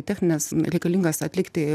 technines reikalingas atlikti